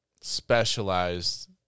specialized